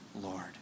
Lord